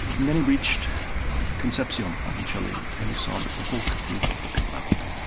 and then he reached concepcion in chile, and he saw that the whole cathedral had been leveled.